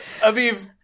Aviv